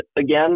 again